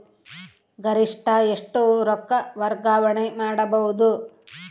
ಗರಿಷ್ಠ ಎಷ್ಟು ರೊಕ್ಕ ವರ್ಗಾವಣೆ ಮಾಡಬಹುದು?